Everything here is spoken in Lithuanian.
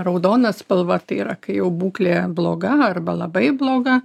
raudona spalva tai yra kai jau būklė bloga arba labai bloga